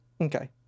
Okay